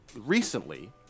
recently